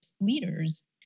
leaders